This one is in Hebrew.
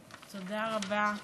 תודה רבה.